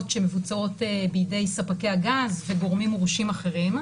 שמבוצעות בידי ספקי הגז וגורמים מורשים אחרים.